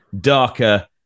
darker